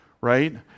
right